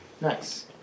Nice